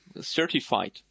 certified